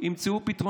הוא לא יהיה טייס,